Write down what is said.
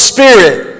Spirit